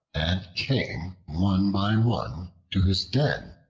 and came one by one to his den,